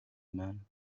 man